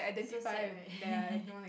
so sad right